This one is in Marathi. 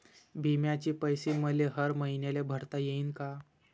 बिम्याचे पैसे मले हर मईन्याले भरता येईन का?